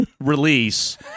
release